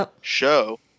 show